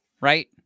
right